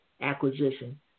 Acquisition